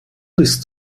bist